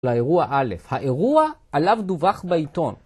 לאירוע א', האירוע עליו דווח בעיתון.